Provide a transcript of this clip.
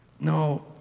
No